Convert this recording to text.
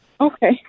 Okay